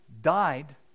died